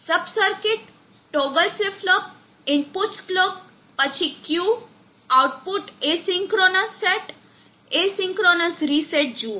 સબ circuit toggle flip flop inputs clock પછી Q output asynchronous set asynchronous reset જુઓ